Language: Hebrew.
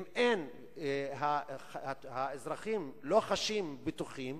אם האזרחים לא חשים בטוחים,